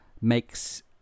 makes